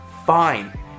Fine